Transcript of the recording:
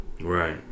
Right